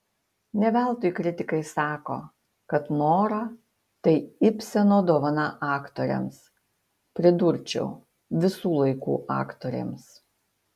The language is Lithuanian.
ne veltui kritikai sako kad nora tai ibseno dovana aktorėms pridurčiau visų laikų aktorėms